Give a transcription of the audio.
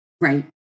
Right